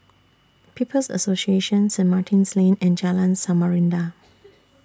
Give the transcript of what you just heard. People's Association Saint Martin's Lane and Jalan Samarinda